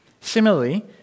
similarly